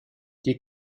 die